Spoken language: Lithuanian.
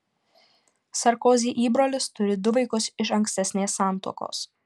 sarkozy įbrolis turi du vaikus iš ankstesnės santuokos